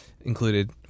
included